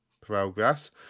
progress